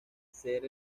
ser